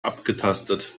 abgetastet